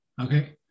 okay